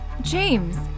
James